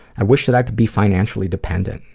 i wish that i could be financially dependent.